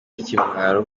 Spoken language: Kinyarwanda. ikimwaro